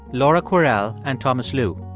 laura kwerel and thomas lu.